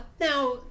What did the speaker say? Now